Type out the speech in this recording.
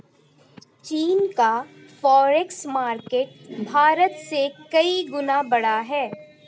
चीन का forex market Bharat से कई गुना बड़ा है